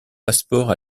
passeport